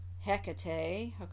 Hecate